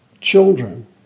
children